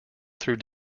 through